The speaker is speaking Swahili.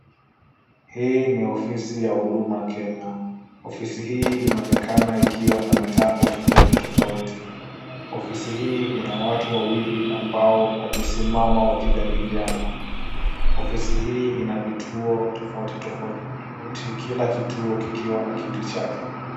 Hii ni ofisi ya Huduma Kenya. Ofisi hii inaonekana ikiwa na mitambo tofauti tofauti. Ofisi hii ina watu wawili ambao wamesimama wakijadiliana. Ofisi hii ina vituo tofauti tofauti, kila kituo kikiwa na kiti chake.